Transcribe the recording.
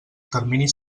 termini